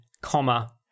comma